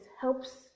helps